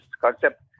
concept